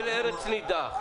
חבל ארץ נידח.